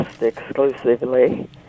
exclusively